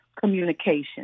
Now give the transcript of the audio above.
communication